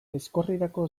aizkorrirako